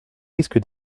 risque